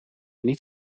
niet